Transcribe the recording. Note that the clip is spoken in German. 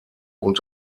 und